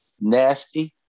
nasty